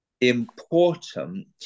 important